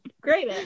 Great